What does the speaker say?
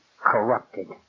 Corrupted